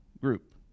group